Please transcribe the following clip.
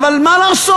אבל מה לעשות?